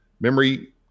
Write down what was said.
memory